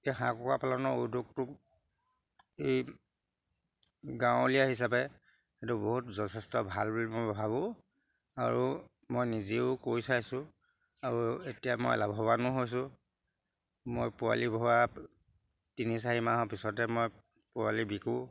এতিয়া হাঁহ কুকুৰা পালনৰ উদ্যোগটো এই গাঁৱলীয়া হিচাপে এইটো বহুত যথেষ্ট ভাল বুলি মই ভাবোঁ আৰু মই নিজেও কয়ি চাইছোঁ আৰু এতিয়া মই লাভৱানো হৈছোঁ মই পোৱালি ভৱোৱা তিনি চাৰি মাহৰ পিছতে মই পোৱালি বিকো